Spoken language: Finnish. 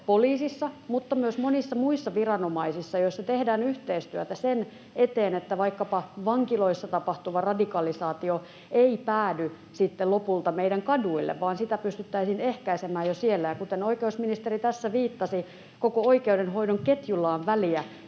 poliisissa mutta myös monissa muissa viranomaisissa, joissa tehdään yhteistyötä sen eteen, että vaikkapa vankiloissa tapahtuva radikalisaatio ei päädy lopulta meidän kaduille, vaan sitä pystyttäisiin ehkäisemään jo siellä. Ja kuten oikeusministeri tässä viittasi, koko oikeudenhoidon ketjulla on väliä